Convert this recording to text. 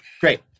Great